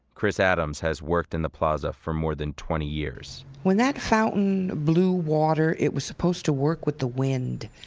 chris adams has worked in the plaza for more than twenty years when that fountain blew water, it was supposed to work with the wind.